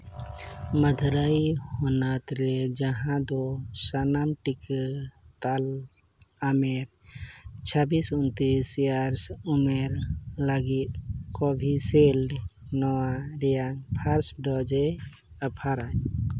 ᱢᱟᱹᱫᱽᱨᱟᱹᱭ ᱦᱚᱱᱚᱛ ᱨᱮ ᱡᱟᱦᱟᱸ ᱫᱚ ᱥᱟᱱᱟᱢ ᱴᱤᱠᱟᱹ ᱛᱟᱞᱟᱢᱮ ᱪᱷᱟᱵᱤᱥ ᱩᱱᱛᱤᱥ ᱮᱭᱟᱨᱥ ᱩᱢᱮᱨ ᱞᱟᱹᱜᱤᱫ ᱠᱚᱵᱷᱤᱥᱤᱞᱰ ᱱᱚᱣᱟ ᱨᱮᱭᱟᱜ ᱯᱷᱟᱥᱴ ᱰᱳᱡᱮ ᱚᱯᱷᱟᱨᱟᱭ